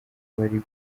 bari